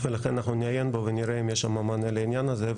לכן, אנחנו נעיין בו ונראה אם יש מענה לעניין הזה.